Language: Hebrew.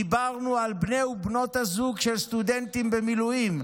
דיברנו על בני ובנות הזוג של סטודנטים במילואים.